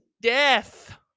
death